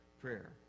prayer